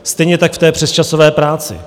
Stejně tak v té přesčasové práci.